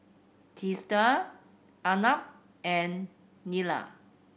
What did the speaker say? Teesta Arnab and Neila